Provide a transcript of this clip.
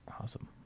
Awesome